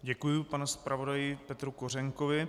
Děkuji panu zpravodaji Petru Kořenkovi.